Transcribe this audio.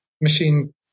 machine